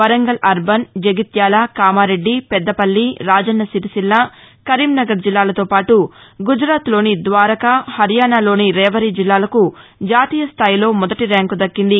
Warangal urban Jagtial Kamareddy Peddapalli Rajanna Sircilla Karimnagar జిల్లాలతో పాటు గుజరాత్ లోని ద్వారక హర్యానాలోని రేవరీ జిల్లాలకు జాతీయ స్థాయిలో మొదటి ర్యాంకు దక్కింది